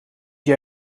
jij